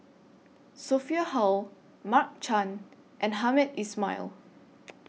Sophia Hull Mark Chan and Hamed Ismail